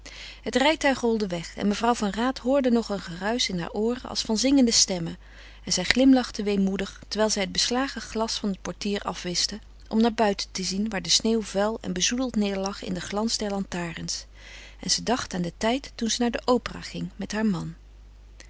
het rijtuig rolde weg en mevrouw van raat hoorde nog een geruisch in haar ooren als van zingende stemmen en zij glimlachte weemoedig terwijl zij het beslagen glas van het portier afwischte om naar buiten te zien waar de sneeuw vuil en bezoedeld neêrlag in den glans der lantarens en ze dacht aan den tijd toen ze naar de opera ging met haar man